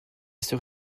sœur